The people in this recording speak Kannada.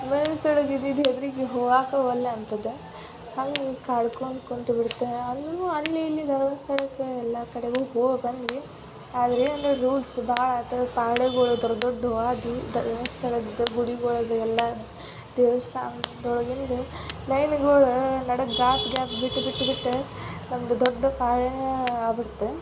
ಮನ್ಸೊಳಗೆ ಇದಿದ್ದು ಹೆದ್ರಿಕೆ ಹೋಗಾಕ ಒಲ್ಲೆ ಅಂತದೆ ಹಂಗೆ ಕಳ್ಕೊಂ ಕುಂತು ಬಿಡ್ತು ಅಲ್ಲಿ ಇಲ್ಲಿ ಧರ್ಮಸ್ಥಳಕ್ಕೆ ಎಲ್ಲ ಕಡೆಗೂ ಹೋಗ್ಬಂದ್ವಿ ಆದರೆ ಅಲ್ಲಿ ರೂಲ್ಸ್ ಭಾಳ ಆತು ದೊಡ್ಡ ದೊಡ್ಡ ಧರ್ಮಸ್ಥಳದ್ದು ಗುಡಿಗಳದ್ದು ಎಲ್ಲ ದೇವಸ್ಥಾನ್ದೊಳಗಿಂದು ನಡಕ್ಕ ಗ್ಯಾಪ್ ಗ್ಯಾಪ್ ಬಿಟ್ಟು ಬಿಟ್ಟು ಬಿಟ್ಟು ನಮ್ಮದು ದೊಡ್ಡ ಆಗ್ಬಿಡ್ತು